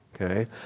Okay